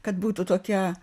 kad būtų tokia